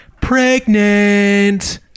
Pregnant